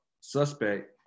suspect